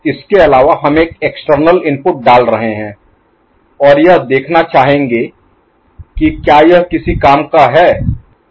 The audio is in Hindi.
इसके अलावा हम एक एक्सटर्नल External बाहरी इनपुट डाल रहे हैं और यह देखना चाहेंगे कि क्या यह किसी काम का है